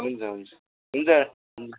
हुन्छ हुन्छ हुन्छ